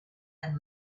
and